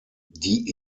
die